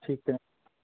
ਠੀਕ ਹੈ